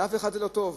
לאף אחד זה לא טוב,